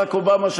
ברק אובמה,